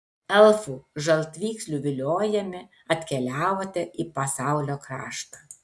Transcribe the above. elfų žaltvykslių viliojami atkeliavote į pasaulio kraštą